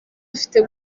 afite